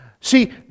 See